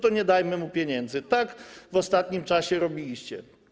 To nie dajmy mu pieniędzy - tak w ostatnim czasie robiliście.